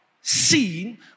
seen